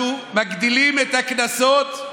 אנחנו מגדילים את הקנסות,